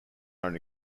own